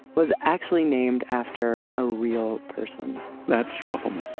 was actually named after a real person that's trufelman.